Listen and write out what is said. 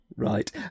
Right